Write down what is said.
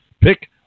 pick